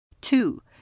Two